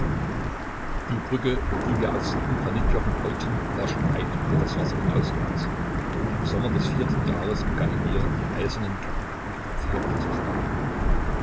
die brücke die wir auf sieben granitjochen bauten war schon weit über das wasser hinausgewachsen und im sommer des vierten jahres begannen wir die eisernen ketten über die pfeiler zu spannen